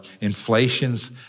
inflation's